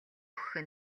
үхэх